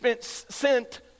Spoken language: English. sent